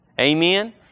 Amen